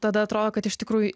tada atrodo kad iš tikrųjų